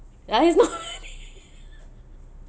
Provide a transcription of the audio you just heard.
that is not what I mean